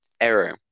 Error